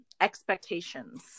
expectations